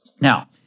Now